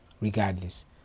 Regardless